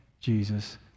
Jesus